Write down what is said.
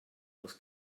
aus